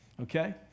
Okay